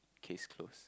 case closed